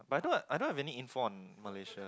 but I don't I don't have any info on Malaysia